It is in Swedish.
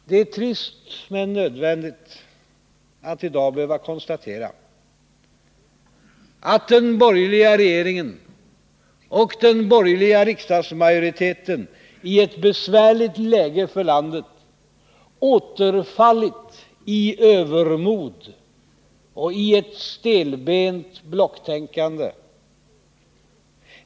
: Det är trist men nödvändigt att i dag behöva konstatera att den borgerliga regeringen och den borgerliga riksdagsmajoriteten i ett besvärligt läge för landet återfallit i övermod och i ett stelbent blocktänkande.